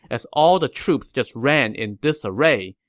as all the troops just ran in disarray.